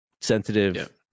sensitive